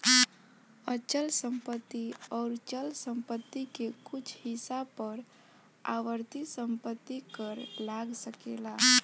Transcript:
अचल संपत्ति अउर चल संपत्ति के कुछ हिस्सा पर आवर्ती संपत्ति कर लाग सकेला